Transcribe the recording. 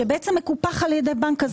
שבעצם מקופח על ידי בנק כזה או אחר.